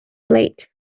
late